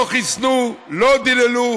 לא חיסנו, לא דיללו,